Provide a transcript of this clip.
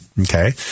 okay